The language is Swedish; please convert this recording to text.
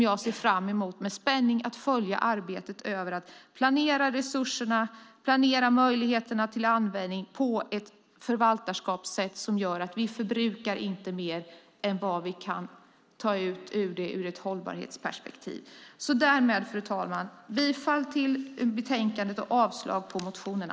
Jag ser med spänning fram emot att följa arbetet med att planera resurser och möjligheter och med att förvalta på ett sådant sätt att vi inte förbrukar mer än vad vi kan ta ut ur havet ur ett hållbarhetsperspektiv. Fru talman! Jag yrkar jag bifall till utskottets förslag i betänkandet och avslag på reservationerna.